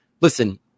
Listen